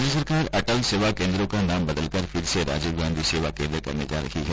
राज्य सरकार अटल सेवा केन्द्रों का नाम बदलकर फिर से राजीव गांधी सेवा केन्द्र करने जा रही है